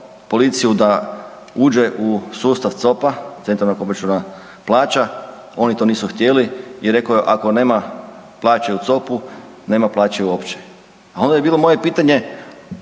policiju da uđe u sustav COP-a Centralnog obračuna plaća, oni to nisu htjeli i rekao je ako nema plaće u COP-u nema plaće uopće, a onda je bilo moje pitanje